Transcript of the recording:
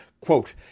quote